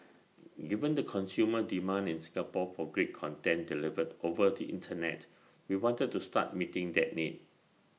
given the consumer demand in Singapore for great content delivered over the Internet we wanted to start meeting that need